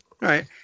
right